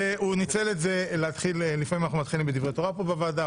והוא ניצל את זה להתחיל לפעמים אנחנו מתחילים בדברי תורה פה בוועדה,